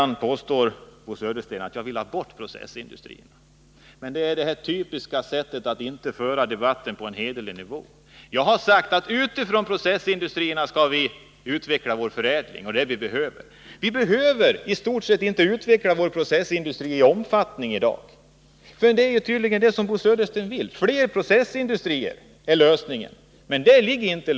Bo Södersten påstår att jag vill ha bort processindustrin. Det är ett typiskt sätt att inte föra debatten på en hederlig nivå. Jag har sagt att utifrån processindustrierna skall vi fortsätta med förädlingen. Det är vad vi behöver göra. Vi behöver i stort sett inte öka omfattningen av vår processindustri i dag. Men det är tydligen vad Bo Södersten vill. För honom är fler processindustrier lösningen, men så är det inte.